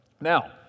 Now